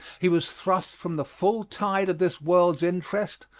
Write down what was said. he was thrust from the full tide of this world's interest,